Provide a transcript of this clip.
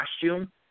costume